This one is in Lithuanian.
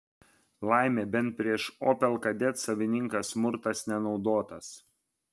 laimė bent prieš opel kadet savininką smurtas nenaudotas